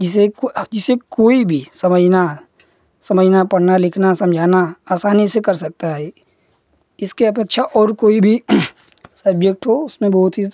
जिसे जिसे कोई भी समझना समझना पढ़ना लिखना समझाना आसानी से कर सकता है ये इसकी अपेक्षा और कोई भी सब्जेक्ट हो उसमें बहुत ही